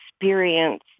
experience